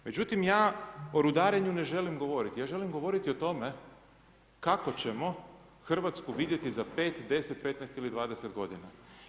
Međutim, ja o rudarenju ne želim govoriti, ja želim govoriti o tome kako ćemo RH vidjeti za 5, 10, 15 ili 20 godina.